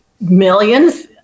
millions